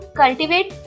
cultivate